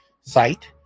Site